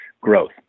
growth